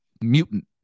mutant